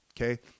Okay